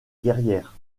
guerrière